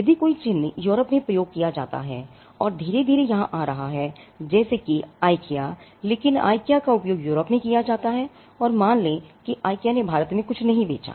यदि कोई चिह्न यूरोप में उपयोग किया जाता है और धीरे धीरे यहां आ रहा है जैसे कि IKEA लेकिन IKEA का उपयोग यूरोप में किया गया है और मान लें कि IKEA ने भारत में कुछ नहीं बेचा